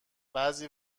بعضی